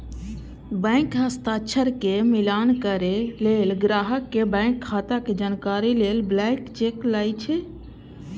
bank हस्ताक्षर के मिलान करै लेल, ग्राहक के बैंक खाता के जानकारी लेल ब्लैंक चेक लए छै